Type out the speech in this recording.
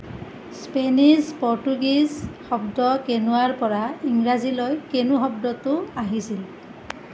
Spanish Portuguese শব্দ কেনুৱাৰ পৰা ইংৰাজীলৈ কেনু শব্দটো আহিছিল